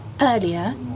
earlier